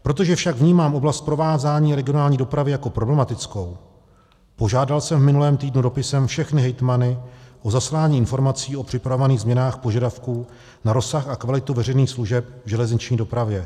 Protože však vnímám oblast provázání regionální dopravy jako problematickou, požádal jsem v minulém týdnu dopisem všechny hejtmany o zaslání informací o připravovaných změnách požadavků na rozsah a kvalitu veřejných služeb v železniční dopravě.